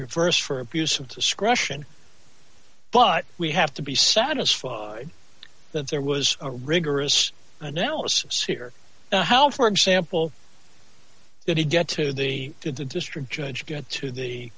st for abuse of discretion but we have to be satisfied that there was a rigorous analysis here how for example did he get to the to the district judge get to the